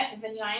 vagina